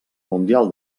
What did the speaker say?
mundial